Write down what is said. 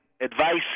advice